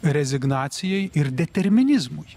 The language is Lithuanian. rezignacijai ir determinizmui